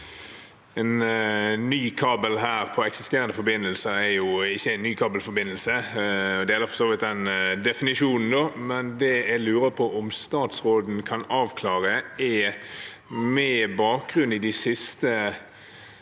en ny kabel her på eksisterende forbindelse ikke er en ny kabelforbindelse. Det gjelder for så vidt den definisjonen. Det jeg lurer på om statsråden kan avklare, er: Med bakgrunn i de siste